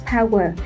Power